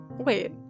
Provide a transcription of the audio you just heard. Wait